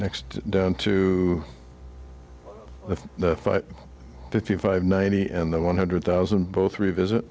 next down to the fifty five ninety and the one hundred thousand both revisit